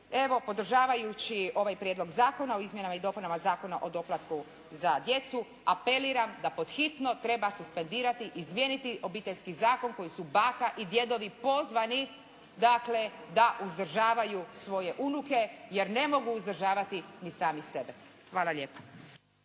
Evo podržavajući ovaj Prijedlog zakona o izmjenama i dopunama Zakona o doplatku za djecu apeliram da pod hitno treba suspendirati, izmijeniti Obiteljski zakon koji su baka i djedovi pozvani dakle da uzdržavaju svoje unuke jer ne mogu uzdržavati ni sami sebe. Hvala lijepa.